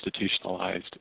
institutionalized